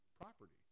property